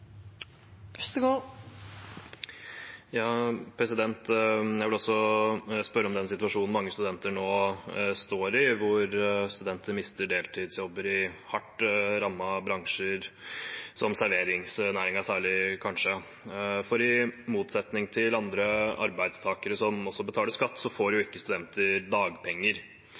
Jeg vil også spørre om den situasjonen mange studenter står i nå, hvor studenter mister deltidsjobber i hardt rammede bransjer, kanskje særlig i serveringsbransjen. I motsetning til andre arbeidstakere som også betaler skatt, får ikke studenter dagpenger.